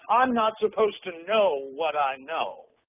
um not supposed to know what i know.